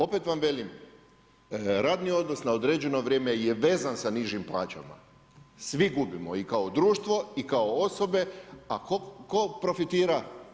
Opet vam velim radni odnos na određeno vrijeme je vezan sa nižim plaćama, svi gubimo, i kao društvo, i kao osobe, a tko profitira?